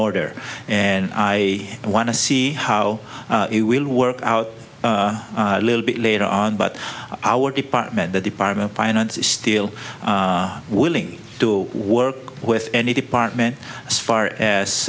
order and i want to see how it will work out a little bit later on but our department the department finance is still willing to work with any department as far as